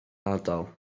ardal